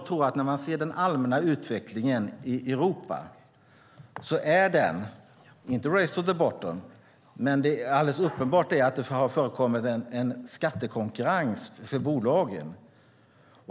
När man ser den allmänna utvecklingen i Europa är det inte race to the bottom, men det är alldeles uppenbart att det har förekommit en skattekonkurrens för bolagen.